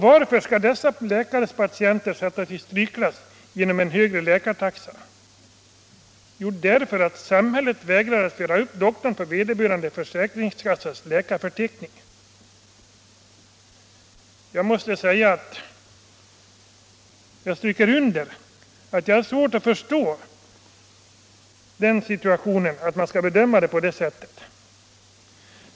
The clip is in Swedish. Varför skall dessa läkares patienter sättas i strykklass genom en högre läkartaxa? Jo, därför att samhället vägrar att föra upp doktorn på vederbörandes försäkringskassas läkarförteckning. Jag stryker under att jag har svårt att förstå att man kan bedöma det på detta sätt.